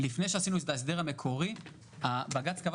לפני שעשינו את ההסדר המקורי בג"ץ קבע